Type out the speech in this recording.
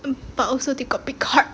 but also they got big heart